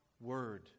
Word